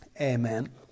Amen